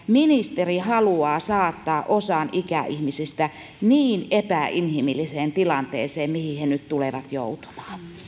ministeri haluaa saattaa osan ikäihmisistä niin epäinhimilliseen tilanteeseen kuin mihin he nyt tulevat joutumaan